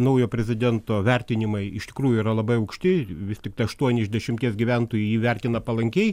naujo prezidento vertinimai iš tikrųjų yra labai aukšti vis tiktai aštuoni iš dešimties gyventojų jį vertina palankiai